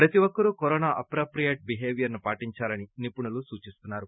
ప్రతి ఒక్కరూ corona appropriate behaviour ను పాటించాలని నిపుణులు సూచిస్తున్నారు